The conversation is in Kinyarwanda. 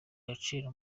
agaciro